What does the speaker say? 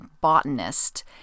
botanist